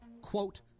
Quote